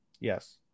Yes